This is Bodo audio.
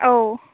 औ